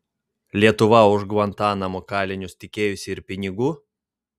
lietuva už gvantanamo kalinius tikėjosi ir pinigų